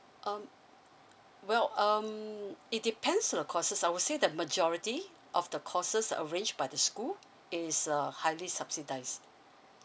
um well um it depends on the courses I would say the majority of the courses that arrange by the school is uh highly subsidised